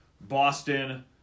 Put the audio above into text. Boston